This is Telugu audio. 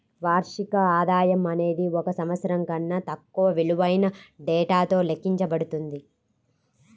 వార్షిక ఆదాయం అనేది ఒక సంవత్సరం కన్నా తక్కువ విలువైన డేటాతో లెక్కించబడుతుంది